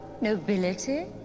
nobility